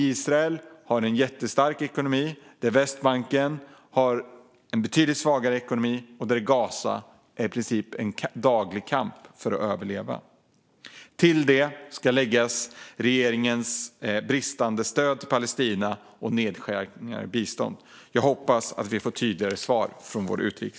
Israel har en jättestark ekonomi, Västbanken har en betydligt svagare ekonomi och i Gaza är det i princip en daglig kamp för att överleva. Till detta ska läggas vår regerings bristande stöd till Palestina och nedskärningen av biståndet. Jag hoppas att vi får tydligare svar från vår utrikesminister.